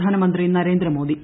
പ്രധാനമന്ത്രി നരേന്ദ്രമോദി